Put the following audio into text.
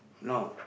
no